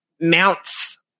mounts